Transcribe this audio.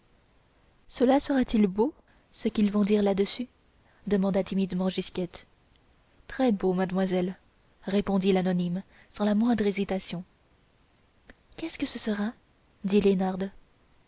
cela sera-t-il beau ce qu'ils vont dire là-dessus demanda timidement gisquette très beau madamoiselle répondit l'anonyme sans la moindre hésitation qu'est-ce que ce sera dit liénarde